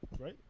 right